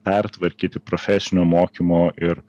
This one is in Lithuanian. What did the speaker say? pertvarkyti profesinio mokymo ir